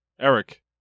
Eric